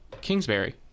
Kingsbury